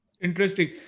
Interesting